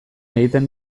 egiten